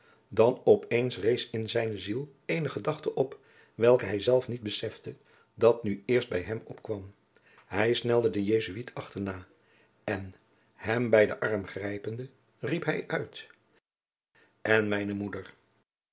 op eens rees in zijne ziel eene gedachte op welke hij zelf niet besefte dat nu eerst bij hem opkwam hij snelde den jesuit achterna en hem bij den arm grijpende riep hij uit en mijne moeder